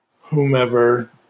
whomever